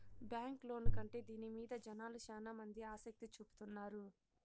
bank loan కంటే దీని మీద జనాలు శ్యానా మంది ఆసక్తి చూపుతున్నారు